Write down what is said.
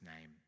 name